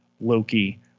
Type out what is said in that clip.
Loki